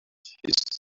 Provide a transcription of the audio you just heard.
she